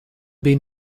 been